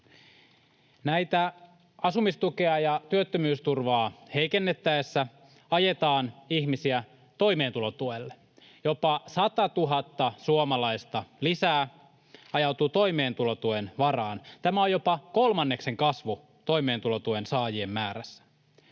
Näitä asumistukea ja työttömyysturvaa heikennettäessä ajetaan ihmisiä toimeentulotuelle. Jopa 100 000 suomalaista lisää ajautuu toimeentulotuen varaan. Tämä on jopa kolmanneksen kasvu toimeentulotuen saajien määrässä.